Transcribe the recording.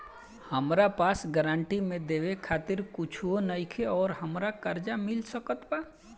हमरा पास गारंटी मे देवे खातिर कुछूओ नईखे और हमरा कर्जा मिल सकत बा?